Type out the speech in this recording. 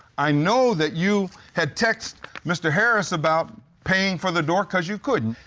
i know that you had texted mr. harris about paying for the door cause you couldn't.